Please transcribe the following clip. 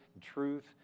truth